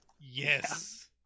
Yes